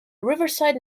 riverside